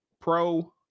pro